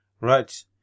Right